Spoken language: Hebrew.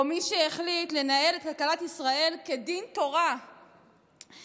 או מי שהחליט לנהל את כלכלת ישראל כדין תורה ומי